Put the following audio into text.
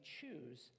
choose